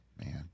man